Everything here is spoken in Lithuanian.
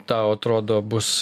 tau atrodo bus